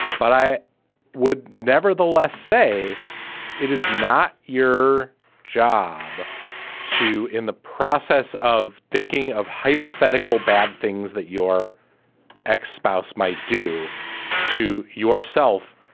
but i would nevertheless say it is not your job to in the process of thinking of hypothetical bad things that your ex spouse might do to yourself.